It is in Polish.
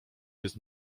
jest